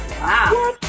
Wow